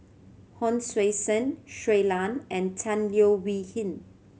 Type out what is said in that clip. Hon Sui Sen Shui Lan and Tan Leo Wee Hin